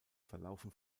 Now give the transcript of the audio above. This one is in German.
verlaufen